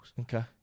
Okay